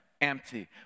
empty